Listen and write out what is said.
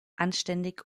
anständig